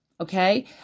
okay